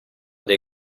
dei